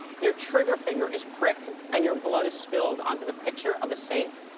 your trigger finger is pricked and your blood is spilled onto the picture of a saint.